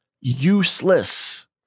useless